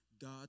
God